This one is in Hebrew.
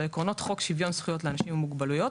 לעקרונות חוק שוויון זכויות לאנשים עם מוגבלות,